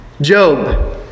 Job